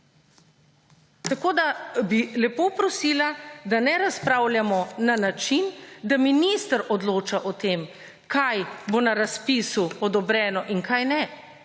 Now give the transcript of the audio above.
Tako, da bi lepo prosila, da ne razpravljamo na način, da minister odloča o tem, kaj bo na razpisu odobreno in kaj ne.